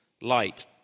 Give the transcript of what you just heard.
light